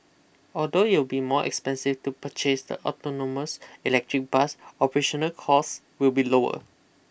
although it will be more expensive to purchase the autonomous electric bus operational cost will be lower